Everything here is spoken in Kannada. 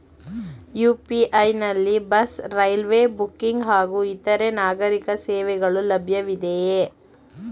ಯು.ಪಿ.ಐ ನಲ್ಲಿ ಬಸ್, ರೈಲ್ವೆ ಬುಕ್ಕಿಂಗ್ ಹಾಗೂ ಇತರೆ ನಾಗರೀಕ ಸೇವೆಗಳು ಲಭ್ಯವಿದೆಯೇ?